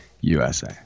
USA